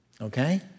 okay